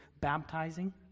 baptizing